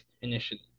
initially